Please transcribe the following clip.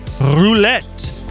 roulette